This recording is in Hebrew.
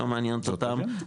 לא מעניינת אותם,